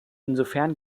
insofern